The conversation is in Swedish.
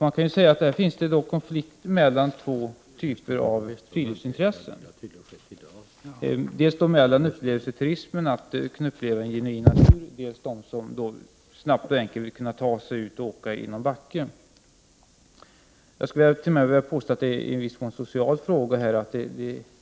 Man kan säga att det finns en konflikt mellan två typer av friluftsintressen. Det gäller dels upplevelseturisterna som vill kunna uppleva en genuin natur, dels de turister som snabbt och enkelt vill kunna ta sig ut och åka i någon backe. Jag skulle t.o.m. vilja påstå att det i viss mån är en social fråga.